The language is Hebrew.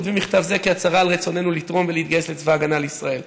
כותבים מכתב זה כהצהרה על רצוננו לתרום ולהתגייס לצבא ההגנה לישראל,